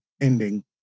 ending